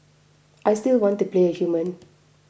I still want to play a human